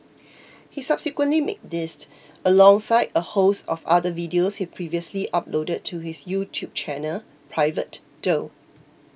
he subsequently made these alongside a host of other videos he previously uploaded to his YouTube channel private though